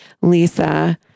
lisa